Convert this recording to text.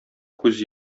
күз